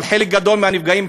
אבל חלק גדול מהתאונות,